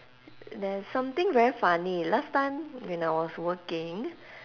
there's something very funny last time when I was working